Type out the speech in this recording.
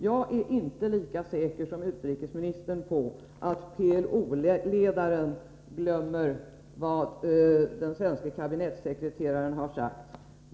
Jag är inte lika säker som utrikesministern på att PLO-ledaren glömmer vad den svenske kabinettssekreteraren har sagt.